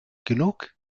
genug